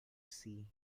see